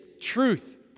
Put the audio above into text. truth